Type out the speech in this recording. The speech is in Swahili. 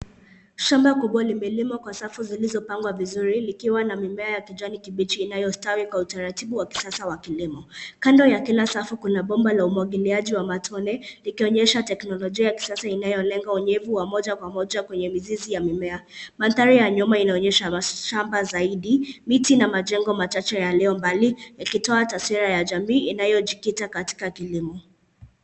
Shamba kubwa limelimwa kwa safu zilizopangwa vizuri, likiwa na mimea ya kibichi inayostawi kwa utaratibu wa kisasa wa kilimo. Kando ya kila safu kuna bomba la umwagiliaji wa matone, likionyesha teknolojia ya kisasa inayolenga unyevu wa moja kwa moja kwenye mizizi ya mimea. Mandhari ya nyuma inaonyesha mashamba zaidi, miti na majengo machache yaliyo mbali, yakitoa taswira ya jamii inayojikita katika kilimo.